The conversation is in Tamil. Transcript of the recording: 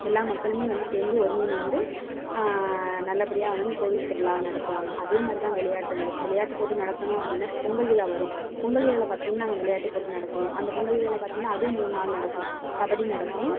எல்லா மக்களுமே வந்து சேர்ந்து ஒருங்கிணைந்து நல்லபடியாக வந்து அந்த கோவில் திருவிழாவை நடத்துவாங்க அதே மாதிரி தான் விளையாட்டுகளும் விளையாட்டு போட்டி நடத்தணும் அப்படினா பொங்கல் விழா வரும் பொங்கல் விழாவில் பார்த்திங்கன்னா நாங்கள் விளையாட்டு போட்டி நடத்துவோம் அந்த பொங்கல் விழாவில் பார்த்திங்கன்னா அதுவும் மூணு நாள் நடக்கும் கபடி நடக்கும்